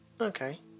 Okay